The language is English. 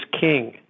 king